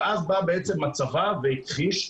ואז בא הצבא והכחיש,